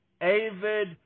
avid